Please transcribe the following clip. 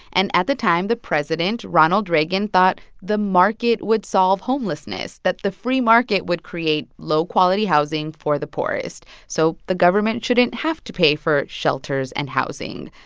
and at the time, the president, ronald reagan, thought the market would solve homelessness, that the free market would create low-quality housing for the poorest. so the government shouldn't have to pay for shelters and housing.